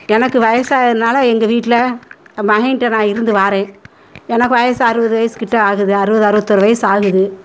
எனக்கு வயசு ஆயினனாலே எங்கள் வீட்டில் மகன்ட்ட நான் இருந்து வாரேன் எனக்கு வயசு அறுபது வயசுக்கிட்ட ஆகுது அறுபது அறுபத்தொரு வயசு ஆகுது